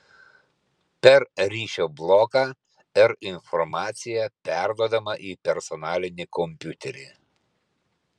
per ryšio bloką r informacija perduodama į personalinį kompiuterį